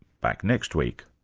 back next week